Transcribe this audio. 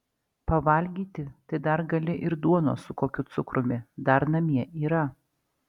pavalgyti tai dar gali ir duonos su kokiu cukrumi dar namie yra